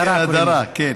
הדרה, כן.